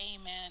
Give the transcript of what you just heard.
amen